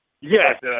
Yes